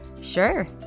Sure